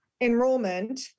enrollment